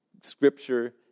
Scripture